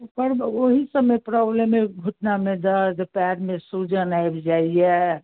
ओकर ओहिसबमे प्रॉब्लमे घुटनामे दर्द पाएरमे सूजन आबि जाइ अइ